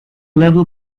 level